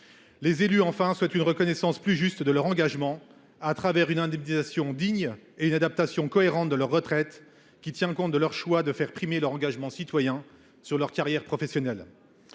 à eux. Ils demandent une reconnaissance plus juste de leur engagement par le biais d’une indemnisation digne et d’une adaptation cohérente du calcul de leur retraite pour qu’il tienne compte de leur choix de faire primer leur engagement citoyen sur leur carrière professionnelle.